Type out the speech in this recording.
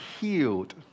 healed